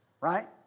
Right